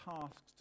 tasks